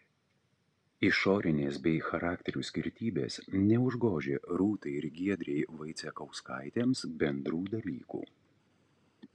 išorinės bei charakterių skirtybės neužgožia rūtai ir giedrei vaicekauskaitėms bendrų dalykų